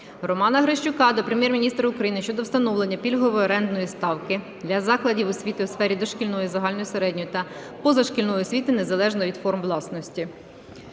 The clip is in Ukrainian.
Романа Грищука до Прем'єр-міністра України щодо встановлення пільгової орендної ставки для закладів освіти у сфері дошкільної, загальної середньої та позашкільної освіти незалежно від форми власності.